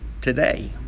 today